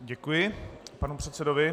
Děkuji panu předsedovi.